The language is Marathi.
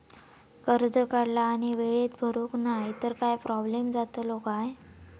कर्ज काढला आणि वेळेत भरुक नाय तर काय प्रोब्लेम जातलो काय?